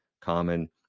common